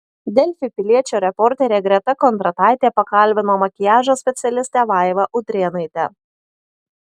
delfi piliečio reporterė greta kondrataitė pakalbino makiažo specialistę vaivą udrėnaitę